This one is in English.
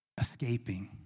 Escaping